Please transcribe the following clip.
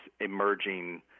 emerging